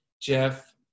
Jeff